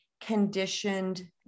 conditioned